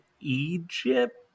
Egypt